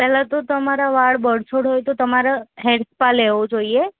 પહેલાં તો તમારા વાળ બરછટ હોય તો તમારે હેર સ્પા લેવું જોઈએ